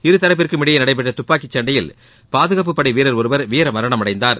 இருதரப்பிற்கும் இடையே நடைபெற்ற துப்பாக்கிச் சண்டையில் பாதுகாப்புப் படை வீரர் ஒருவர் வீர மரணம் அடைந்தார்